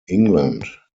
england